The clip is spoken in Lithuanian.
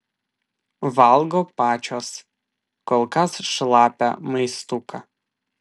valgo pačios kol kas šlapią maistuką